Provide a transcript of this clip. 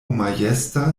majesta